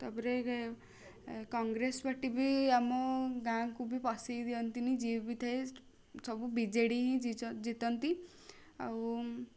ତାପରେ କଂଗ୍ରେସ ପାର୍ଟି ବି ଆମ ଗାଁକୁ ବି ପଶେଇ ଦିଅନ୍ତିନି ଯିଏ ବି ଥାଏ ସବୁ ବିଜେଡ଼ି ହିଁ ଜିଚ ଜିତନ୍ତି ଆଉ